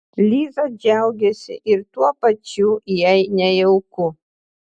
liza džiaugiasi ir tuo pačiu jai nejauku